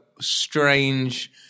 strange